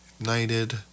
Ignited